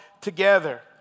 together